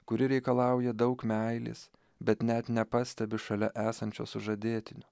kuri reikalauja daug meilės bet net nepastebi šalia esančio sužadėtinio